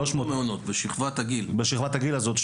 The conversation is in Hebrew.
בשכבת הגיל הזאת,